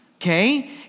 okay